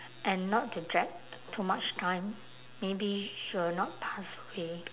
and not to drag too much time maybe she will not pass away